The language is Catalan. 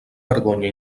vergonya